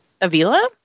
Avila